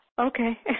Okay